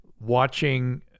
watching